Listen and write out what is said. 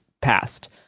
passed